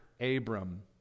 Abram